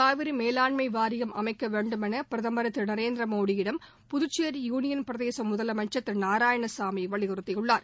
காவிரி மேலாண்மை வாரியம் அமைக்க வேண்டும் என பிரதமர் திரு நரேந்திர மோடியிடம் புதுச்சேரி யூனியன் பிரதேச முதலமைச்சர் திரு நாராயணசாமி வலியுறுத்தியுள்ளார்